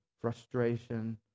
frustration